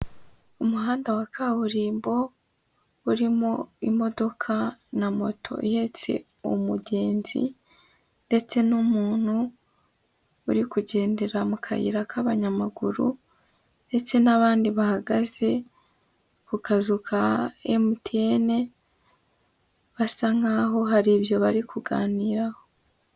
Umuhanda wa kaburimbo urimo imodoka na moto ihetse umugenzi ndetse n'umuntu uri kugendera mu kayira k'abanyamaguru ndetse n'abandi bahagaze ku kazu ka Emutiyene basa nk'aho hari ibyo bari kuganiraho.